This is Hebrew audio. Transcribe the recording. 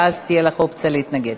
ואז תהיה לך אופציה להתנגד.